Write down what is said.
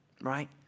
right